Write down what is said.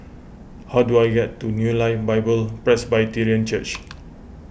how do I get to New Life Bible Presbyterian Church